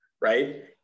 right